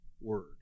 word